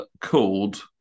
called